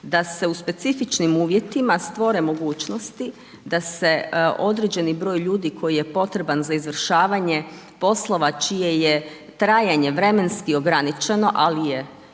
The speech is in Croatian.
da se u specifičnim uvjetima stvore mogućnosti da se određeni broj ljudi, koji je potreban za izvršavanje poslova, čije je trajanje vremenski ograničeno, ali je,